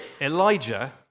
Elijah